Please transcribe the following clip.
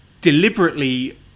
deliberately